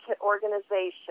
organization